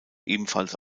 ebenfalls